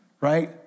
right